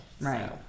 Right